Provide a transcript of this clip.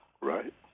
right